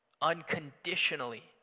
unconditionally